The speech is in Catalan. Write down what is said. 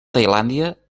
tailàndia